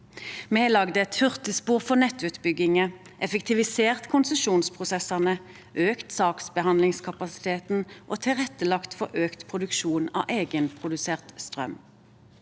har laget et hurtigspor for nettutbygginger, effektivisert konsesjonsprosessene, økt saksbehandlingskapasiteten og tilrettelagt for økt produksjon av egenprodusert strøm.